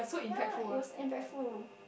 ya it was impactful